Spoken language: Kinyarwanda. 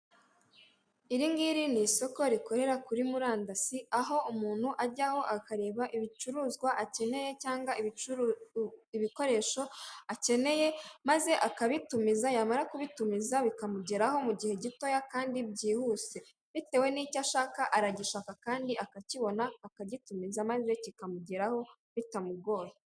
Iringiri ni isoko rikorera kuri murandasi aho umuntu ajyaho akareba ibicuruzwa akeneye cyangwa ibikoresho akeneye maze akabitumiza yamara kubitumiza bikamugeraho mu gihe gitoya kandi byihuse bitewe n'icyo ashaka ,aragishaka kandi akakibona akagitumiza maze kikamugeraho bitamugoye .